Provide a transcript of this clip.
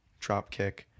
dropkick